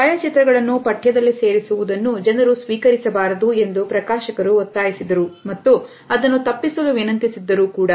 ಛಾಯಾಚಿತ್ರಗಳನ್ನು ಪಠ್ಯದಲ್ಲಿ ಸೇರಿಸುವುದನ್ನು ಜನರು ಸ್ವೀಕರಿಸಬಾರದು ಎಂದು ಪ್ರಕಾಶಕರು ಒತ್ತಾಯಿಸಿದ್ದರು ಮತ್ತು ಅದನ್ನು ತಪ್ಪಿಸಲು ವಿನಂತಿಸಿದ್ದರೂ ಕೂಡ